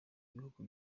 bihugu